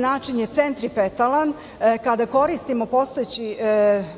način je centripetalan, kada koristimo